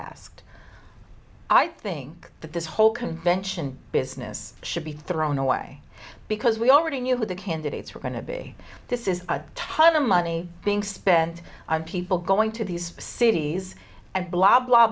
asked i think that this whole convention business should be thrown away because we already knew who the candidates were going to be this is a ton of money being spent on people going to these cities and blah blah